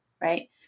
right